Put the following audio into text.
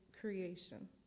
creation